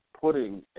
putting